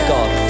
God